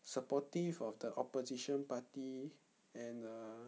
supportive of the opposition party and err